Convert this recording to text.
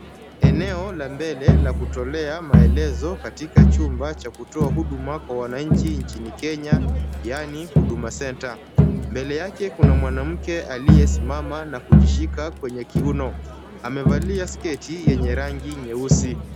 Eneo la mbele la kutolea maelezo katika chumba cha kutoa huduma kwa wananchi nchini Kenya, yaani Huduma Centre. Mbele yake kuna mwanamke aliyesimama na kujishika kwenye kiuno. Amevalia sketi yenye rangi nyeusi.